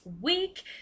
week